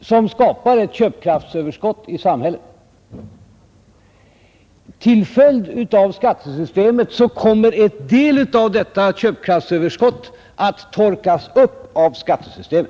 som skapar ett köpkraftsöverskott i samhället! Till följd av skattesystemet kommer en del av detta köpkraftsöverskott att torkas upp av skatterna.